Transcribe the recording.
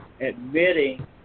admitting